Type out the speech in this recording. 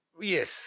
yes